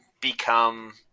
become